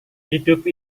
hidup